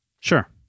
Sure